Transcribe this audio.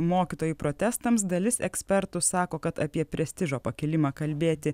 mokytojai protestams dalis ekspertų sako kad apie prestižo pakilimą kalbėti